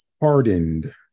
hardened